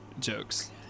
jokes